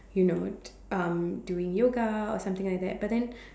you know um doing yoga or something like that but then